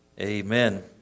amen